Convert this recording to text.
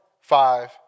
five